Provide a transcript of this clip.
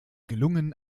gelungen